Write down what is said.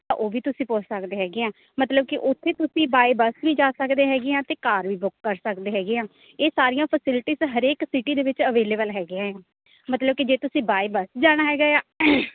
ਤਾਂ ਉਹ ਵੀ ਤੁਸੀਂ ਪੁੱਛ ਸਕਦੇ ਹੈਗੇ ਆ ਮਤਲਬ ਕਿ ਉੱਥੇ ਤੁਸੀਂ ਬਾਏ ਬੱਸ ਵੀ ਜਾ ਸਕਦੇ ਹੈਗੇ ਆ ਅਤੇ ਕਾਰ ਵੀ ਬੁੱਕ ਕਰ ਸਕਦੇ ਹੈਗੇ ਆ ਇਹ ਸਾਰੀਆਂ ਫੈਸਿਲਿਟੀਸ ਹਰੇਕ ਸਿਟੀ ਦੇ ਵਿੱਚ ਅਵੇਲੇਬਲ ਹੈਗੀਆਂ ਆ ਮਤਲਬ ਕਿ ਜੇ ਤੁਸੀਂ ਬਾਏ ਬੱਸ ਜਾਣਾ ਹੈਗਾ ਆ